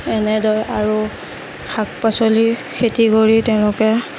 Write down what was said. এনেদৰে আৰু শাক পাচলি খেতি কৰি তেওঁলোকে